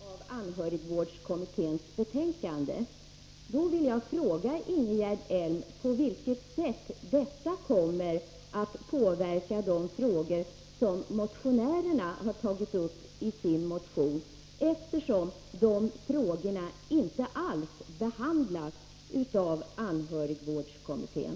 Fru talman! Ingegerd Elm säger att hon vill avvakta regeringens beredning av anhörigvårdskommitténs betänkande. Då vill jag fråga Ingegerd Elm på vilket sätt detta kommer att påverka de frågor som motionärerna har tagit upp, eftersom dessa frågor inte alls behandlas av anhörigvårdskommittén.